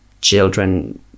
children